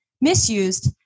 misused